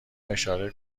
اشاره